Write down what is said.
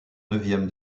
neuvième